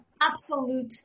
absolute